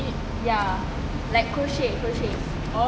ya like crochet crochet